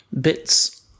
bits